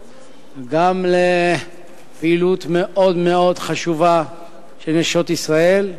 גם לפעילות מאוד מאוד חשובה של נשות ישראל,